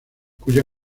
cuya